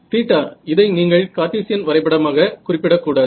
theta இதை நீங்கள் Cartesian வரைபடமாக குறிப்பிடக் கூடாது